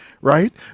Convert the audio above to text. right